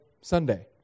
Sunday